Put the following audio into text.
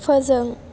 फोजों